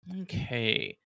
Okay